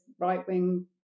right-wing